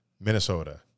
Minnesota